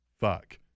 fuck